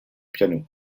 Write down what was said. piano